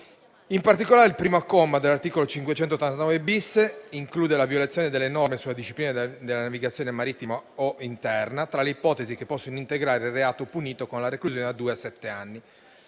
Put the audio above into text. In particolare, il primo comma dell'articolo 589*-bis* include la violazione delle norme sulla disciplina della navigazione marittima o interna tra le ipotesi che possono integrare il reato punito con la reclusione da due a sette anni.